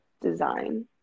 design